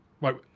Right